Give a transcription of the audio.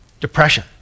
depression